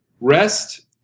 REST